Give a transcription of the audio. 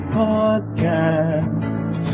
podcast